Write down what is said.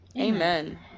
Amen